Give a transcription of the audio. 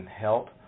help